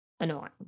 annoying